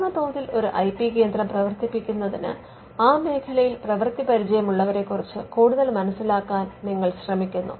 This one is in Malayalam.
പൂർണ തോതിൽ ഒരു ഐ പി കേന്ദ്രം പ്രവർത്തിപ്പിക്കുന്നതിന് ആ മേഖലയിൽ പ്രവർത്തിപരിചയമുള്ളവരെക്കുറിച്ച് കൂടുതൽ മനസിലാക്കാൻ നിങ്ങൾ ശ്രമിക്കുന്നു